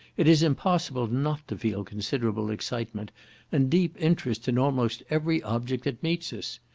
it is impossible not to feel considerable excitement and deep interest in almost every object that meets us.